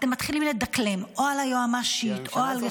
אתם מתחילים לדקלם או על היועמ"שית או על --- כי הממשלה